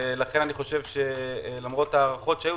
ולכן אני חושב שלמרות ההארכות שהיו,